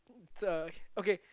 the okay